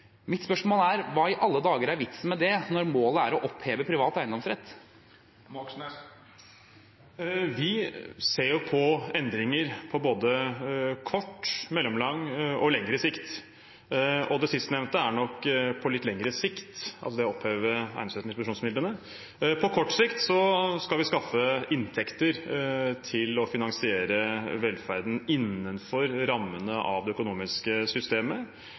Mitt spørsmål er: Hva i alle dager er vitsen med det, når målet er å oppheve privat eiendomsrett? Vi ser på endringer på både kort, mellomlang og lengre sikt. Og det sistnevnte er nok på litt lengre sikt – det å oppheve eiendomsretten til produksjonsmidlene. På kort sikt skal vi skaffe inntekter til å finansiere velferden innenfor rammene av det økonomiske systemet.